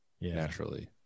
naturally